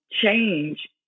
change